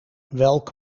welk